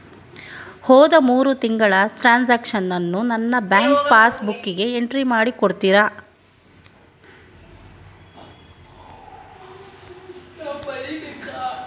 ಹೋದ ಮೂರು ತಿಂಗಳ ಟ್ರಾನ್ಸಾಕ್ಷನನ್ನು ನನ್ನ ಬ್ಯಾಂಕ್ ಪಾಸ್ ಬುಕ್ಕಿಗೆ ಎಂಟ್ರಿ ಮಾಡಿ ಕೊಡುತ್ತೀರಾ?